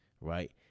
right